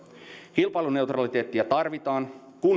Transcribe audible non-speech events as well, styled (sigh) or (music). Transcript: kilpailuneutraliteettia tarvitaan kun (unintelligible)